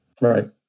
Right